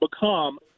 become